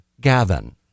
Gavin